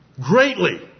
Greatly